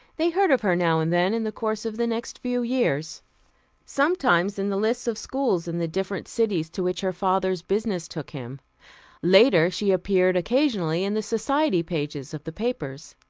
they heard of her now and then in the course of the next few years sometimes in the lists of schools in the different cities to which her father's business took him later, she appeared occasionally in the society pages of the papers.